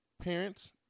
parents